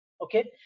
Okay